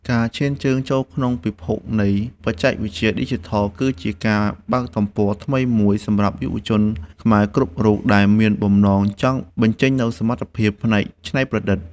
ការឈានជើងចូលក្នុងពិភពនៃបច្ចេកវិទ្យាឌីជីថលគឺជាការបើកទំព័រថ្មីមួយសម្រាប់យុវជនខ្មែរគ្រប់រូបដែលមានបំណងចង់បញ្ចេញនូវសមត្ថភាពផ្នែកច្នៃប្រឌិត។